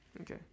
Okay